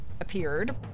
appeared